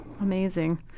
Amazing